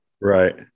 Right